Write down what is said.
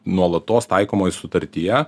nuolatos taikomoj sutartyje